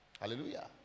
Hallelujah